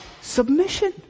submission